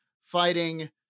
fighting